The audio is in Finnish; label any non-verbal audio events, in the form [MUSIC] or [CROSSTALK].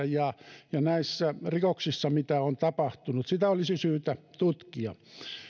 [UNINTELLIGIBLE] ja [UNINTELLIGIBLE] [UNINTELLIGIBLE] näissä rikoksissa mitä on tapahtunut sitä olisi syytä tutkia